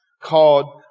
called